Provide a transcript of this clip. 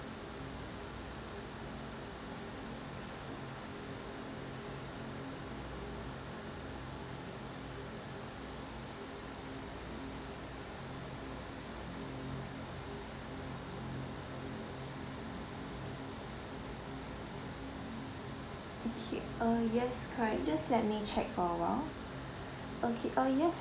okay uh yes correct just let me check for awhile okay uh yes